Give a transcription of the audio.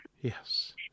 Yes